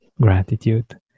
gratitude